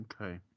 Okay